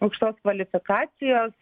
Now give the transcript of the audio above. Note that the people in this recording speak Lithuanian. aukštos kvalifikacijos